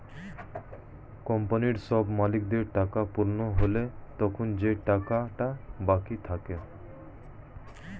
কোম্পানির সব মালিকদের টাকা পূরণ হলে তখন যে টাকাটা বাকি থাকে